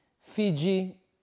Fiji